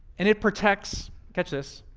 and it protects catch this